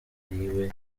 yiwe